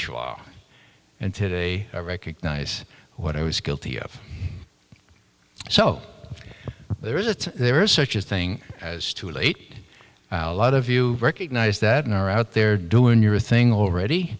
sheesh and today i recognize what i was guilty of so there is that there is such a thing as too late a lot of you recognize that in our out there doing your thing already